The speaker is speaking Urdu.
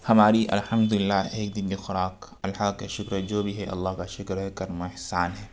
ہماری الحمد للہ ایک دن کی خوراک اللہ کا شکر ہے جو بھی ہے اللہ کا شکر ہے کرم و احسان ہے